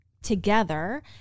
together